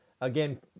Again